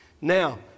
Now